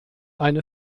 eine